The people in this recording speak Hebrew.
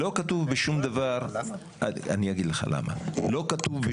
היא לא עברה